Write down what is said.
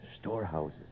Storehouses